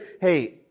hey